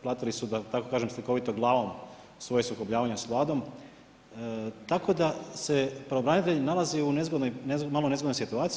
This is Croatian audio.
Platili su, da tako kažem slikovito glavom svoje sukobljavanje s Vladom, tako da se pravobranitelj nalazi u malo nezgodnoj situaciji.